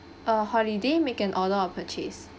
uh holiday make an order or purchase